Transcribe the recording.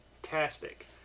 fantastic